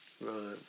Right